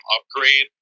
upgrade